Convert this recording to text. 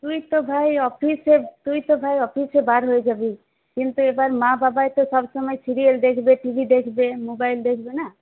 তুই তো ভাই অফিসে তুই তো ভাই অফিসে বার হয়ে যাবি কিন্তু এবার মা বাবাই তো সবসময় সিরিয়াল দেখবে টিভি দেখবে মোবাইল দেখবে না